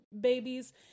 babies